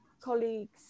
colleagues